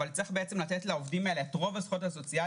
אבל צריך לתת לעובדים האלה את רוב הזכויות הסוציאליות,